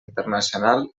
internacional